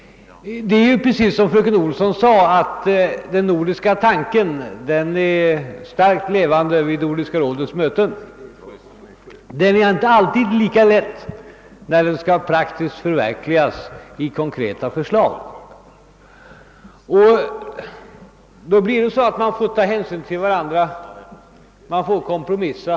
Det är precis så som fröken Olsson sade, att den nordiska tanken är starkt levande vid Nordiska rådets möten, men att den inte alltid är lika lätt att praktiskt förverkliga i konkreta åtgärder. Man måste ta hänsyn till varandra och kompromissa.